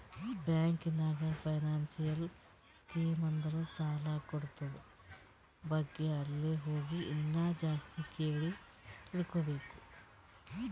bank ನಾಗ್ financial scheme ಅಂದುರ್ ಸಾಲ ಕೂಡದ್ ಬಗ್ಗೆ ಅಲ್ಲೇ ಹೋಗಿ ಇನ್ನಾ ಜಾಸ್ತಿ ಕೇಳಿ ತಿಳ್ಕೋಬೇಕು